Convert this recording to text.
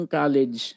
college